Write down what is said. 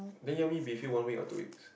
then you want me be filled one week or two weeks